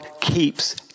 keeps